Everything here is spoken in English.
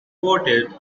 voted